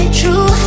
true